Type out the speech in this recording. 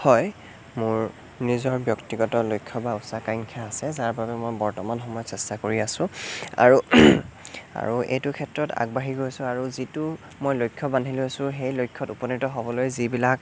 হয় মোৰ নিজৰ ব্যক্তিগত লক্ষ্য বা উচ্চাকাংক্ষা আছে যাৰ বাবে মই বৰ্তমান সময়ত চেষ্টা কৰি আছো আৰু আৰু এইটো ক্ষেত্ৰত আগবাঢ়ি গৈছোঁ আৰু যিটো মই লক্ষ্য বান্ধি লৈছোঁ সেই লক্ষ্যত উপনীত হ'বলৈ যিবিলাক